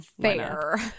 fair